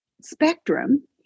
spectrum